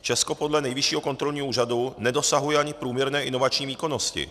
Česko podle Nejvyššího kontrolního úřadu nedosahuje ani průměrné inovační výkonnosti.